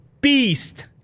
beast